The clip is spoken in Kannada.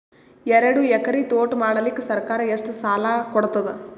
ಎರಡು ಎಕರಿ ತೋಟ ಮಾಡಲಿಕ್ಕ ಸರ್ಕಾರ ಎಷ್ಟ ಸಾಲ ಕೊಡತದ?